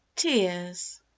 Tears